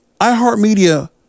iHeartMedia